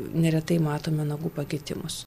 neretai matome nagų pakitimus